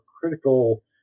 critical